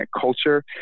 culture